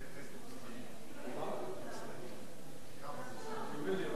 אני לא רוצה לגזול ממנו את